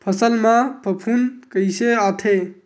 फसल मा फफूंद कइसे आथे?